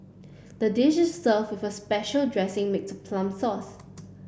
the dish is served with a special dressing made of plum sauce